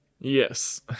Yes